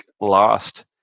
lost